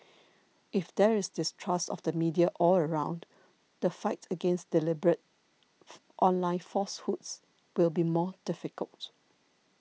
if there is distrust of the media all around the fight against deliberate online falsehoods will be more difficult